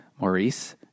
Maurice